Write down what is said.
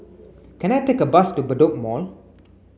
can I take a bus to Bedok Mall